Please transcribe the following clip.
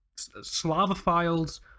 Slavophiles